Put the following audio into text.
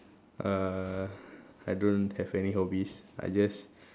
uh I don't have any hobbies I just